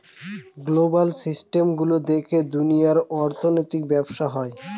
global system গুলো দেখে দুনিয়ার অর্থনৈতিক ব্যবসা হয়